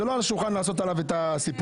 זה לא על השולחן לעשות עליו את הסיפור.